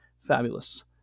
fabulous